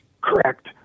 Correct